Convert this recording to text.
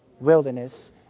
wilderness